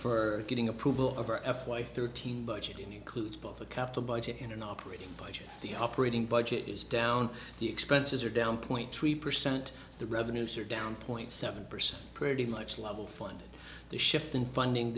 for getting approval of r f y thirteen budget includes both the capital budget in an operating budget the operating budget is down the expenses are down point three percent the revenues are down point seven percent pretty much level funded the shift in funding